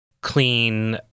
clean